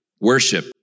Worship